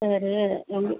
சரி எங்